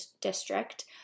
district